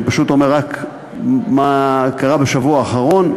אני פשוט אומר רק מה קרה בשבוע האחרון.